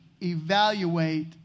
evaluate